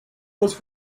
was